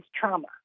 trauma